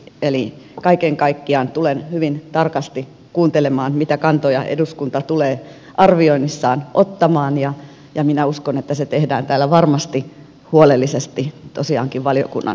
eli kaiken kaikkiaan tulen hyvin tarkasti kuuntelemaan mitä kantoja eduskunta tulee arvioinnissaan ottamaan ja minä uskon että se tehdään täällä varmasti huolellisesti tosiaankin valiokunnan johdolla